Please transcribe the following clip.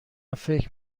فکر